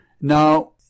Now